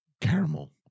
caramel